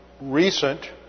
recent